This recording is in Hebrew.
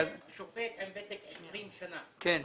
שופט עם ותק של 20 שנים, מה